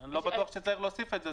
אני לא בטוח שצריך להוסיף את זה.